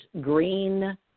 Green